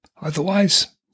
Otherwise